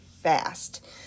fast